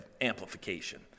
amplification